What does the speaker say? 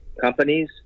companies